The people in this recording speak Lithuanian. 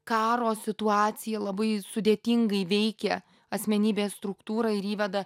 karo situacija labai sudėtingai veikia asmenybės struktūrą ir įveda